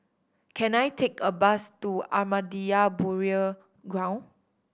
can I take a bus to Ahmadiyya Burial Ground